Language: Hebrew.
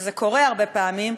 וזה קורה הרבה פעמים,